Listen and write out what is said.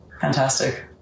Fantastic